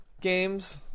games